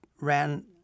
ran